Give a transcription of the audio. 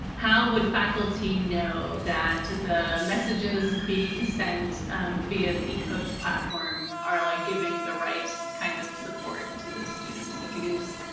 how would faculty know that the messages being sent via the ecoach platform are like giving the right kind of support to the students? if you can just,